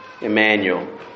Emmanuel